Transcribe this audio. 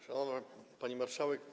Szanowna Pani Marszałek!